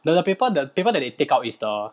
the the paper the paper that they take out is the